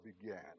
began